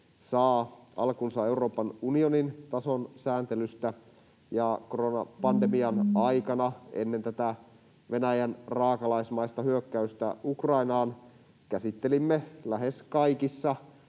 saa alkunsa Euroopan unionin tason sääntelystä, ja koronapandemian aikana — ennen tätä Venäjän raakalaismaista hyökkäystä Ukrainaan — käsittelimme lähes kaikissa